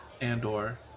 Andor